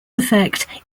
effect